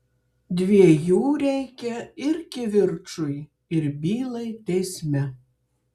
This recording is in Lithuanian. dviejų reikia ir kivirčui ir bylai teisme